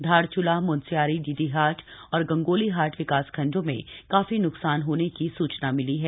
धारचूला म्नस्यारी डीडीहाट और गंगोलीहाट विकासखंडों में काफी न्कसान होने की सूचना मिली है